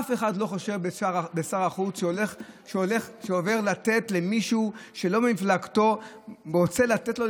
אף אחד לא חושד בשר החץ שעובר לתת למישהו שאינה ממפלגתו ורוצה לתת לו,